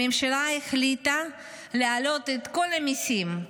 הממשלה החליטה להעלות את כל המיסים,